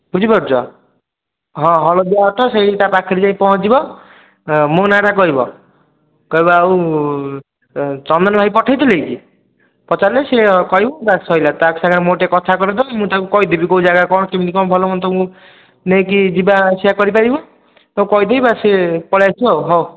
ବୁଝିପାରୁଛ ହଁ ହଳଦିଆ ଅଟୋ ସେଇ ତା ପାଖରେ ଯାଇକି ପହଞ୍ଚିବ ମୋ ନାଁଟା କହିବ କହିବ ଆଉ ଚନ୍ଦନ ଭାଇ ପଠାଇଥିଲେ କି ପଚାରିଲେ ସେ କହିବ ବାସ୍ ସରିଲା ତା ସାଙ୍ଗେରେ ମୋ ଟିକିଏ କଥା କରାଇଦେବେ ମୁଁ ତାକୁ କହିଦେବି କେଉଁ ଜାଗା କ'ଣ କେମିତି କ'ଣ ଭଲ ମନ୍ଦ ତୁମକୁ ନେଇକି ଯିବା ଆସିବା କରିପାରିବ ମୁଁ ତାକୁ କହିଦେବି ବାସ୍ ସେ ପଳାଇଆସିବ ଆଉ ହଉ